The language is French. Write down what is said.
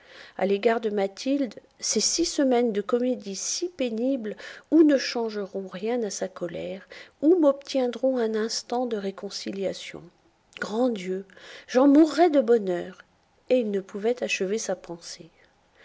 a l'égard de mathilde ces six semaines de comédie si pénible ou ne changeront rien à sa colère ou m'obtiendront un instant de réconciliation grand dieu j'en mourrais de bonheur et il ne pouvait achever sa pensée